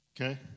okay